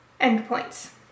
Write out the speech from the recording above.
endpoints